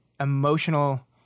emotional